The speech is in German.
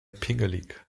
pingelig